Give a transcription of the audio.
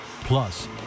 plus